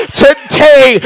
today